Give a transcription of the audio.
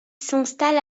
s’installe